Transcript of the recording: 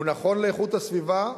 הוא נכון לאיכות הסביבה,